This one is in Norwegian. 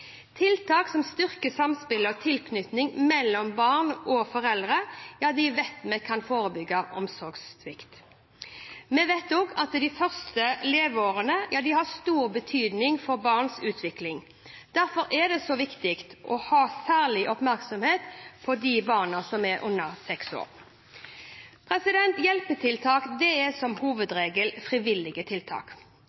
Tiltak som styrker samspill og tilknytning mellom barn og foreldre, vet vi kan forebygge omsorgssvikt. Vi vet også at de første leveårene har stor betydning for barns utvikling. Derfor er det viktig å ha særlig oppmerksomhet på de barna som er under seks år. Hjelpetiltak er som hovedregel frivillige tiltak. Frivillige tiltak må alltid vurderes før tvangstiltak. Det er